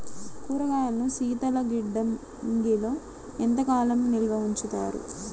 కూరగాయలను శీతలగిడ్డంగిలో ఎంత కాలం నిల్వ ఉంచుతారు?